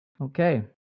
Okay